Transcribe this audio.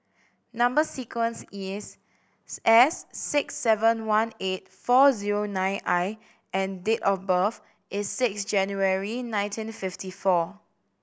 number sequence is S six seven one eight four zero nine I and date of birth is six January nineteen fifty four